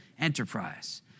enterprise